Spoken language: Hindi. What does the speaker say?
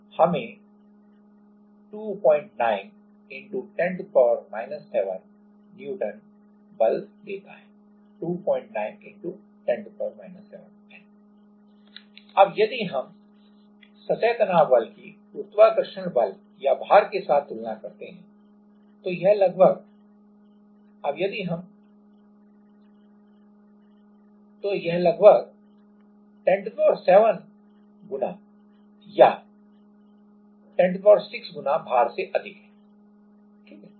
अब यदि हम सतह तनाव बल की गुरुत्वाकर्षण बल या भार के साथ तुलना करते हैं तो यह लगभग अब यदि हम सतह तनाव बल की गुरुत्वाकर्षण बल या भार के साथ तुलना करते हैं तो यह लगभग गुना या गुना भार से अधिक है ठीक है